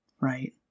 right